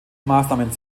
maßnahmen